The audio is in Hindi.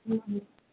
हम्म हम्म